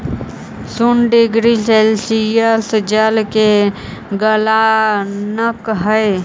शून्य degree Celsius जल के गलनांक हई